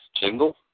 jingle